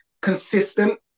consistent